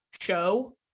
show